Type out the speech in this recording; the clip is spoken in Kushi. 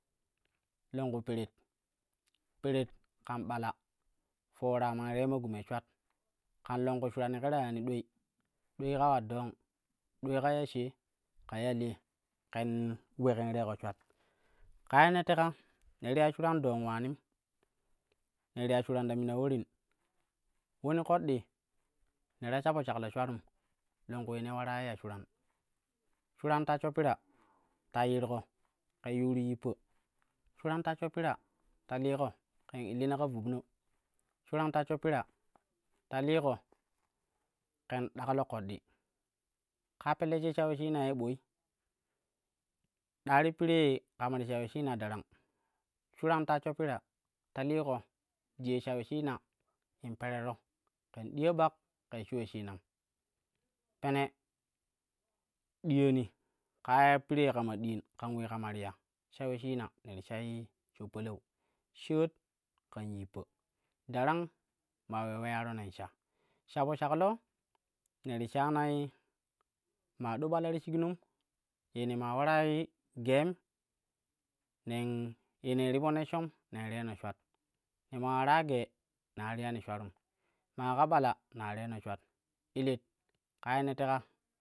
Longky peret, peret kan ɓala foora man reema gume shwat ƙan longku ye ke ta yani ɗwei, dwei ka ular dong, davei ka ya shee ka ya lee ƙen ule ƙan reko shwat, ka yene teka ne ti yai shuran dong ulaanin ne ti ya shuran ta mina ulorin, ulone ƙoɗɗii ne ta sha po shaklo shwalum longku ye ne maarai ya shuran shuran tashsho pira ta yirko ken yuuru yippa, shuran tashsho pira ti liiko ken illina ka vubna shuran tashsho pira ta liiko ƙen daklo ƙoɗɗi ƙaa pelle she sha uleshina ye ɓoi ɗa ti piree kama ti sha uleshina darang shuran tashsho pira ta liiko jiye sha uleshina in perero ƙen diya ɓak kei shu uleshinan pene diyani kaa piree kama diin kan ulee kama ti ya sha uleshina ne ti shai sho palau, shaat ƙam yippa, darang maa ule uleyaro nen sha. Sha po shaklo ne ti shanai maa do ɓala ti shiknom, ye ne maa ularai geem ne ye ne ti po neshshom nen reeno shwat. Nle maa ulara gee ne ta riyan shulatum maa ka ɓala na reeno shwal illit ƙa ye ne teka.